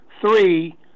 three